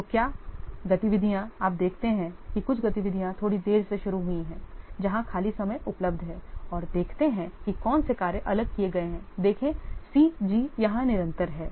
तो क्या गतिविधियाँ आप देखते हैं कि कुछ गतिविधियां थोड़ी देरी से शुरू हुई हैं जहां खाली समय उपलब्ध है और देखते हैं कि कौन से कार्य अलग किए गए हैं देखें C G यहां निरंतर हैं